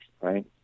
right